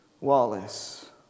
Wallace